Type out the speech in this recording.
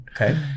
Okay